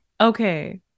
okay